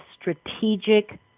strategic